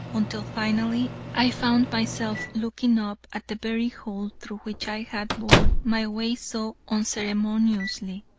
until finally i found myself looking up at the very hole through which i had bored my way so unceremoniously.